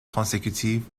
consécutive